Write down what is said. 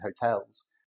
Hotels